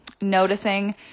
noticing